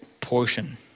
portion